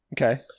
Okay